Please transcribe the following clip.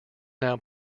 now